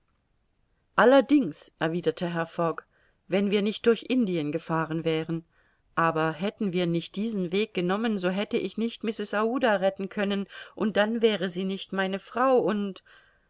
allerdings erwiderte herr fogg wenn wir nicht durch indien gefahren wären aber hätten wir nicht diesen weg genommen so hätte ich nicht mrs aouda retten können und dann wäre sie nicht meine frau und